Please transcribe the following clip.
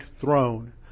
throne